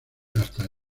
hasta